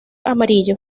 amarillo